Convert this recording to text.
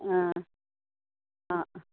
आं आं